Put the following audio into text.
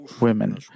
women